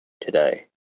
today